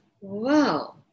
wow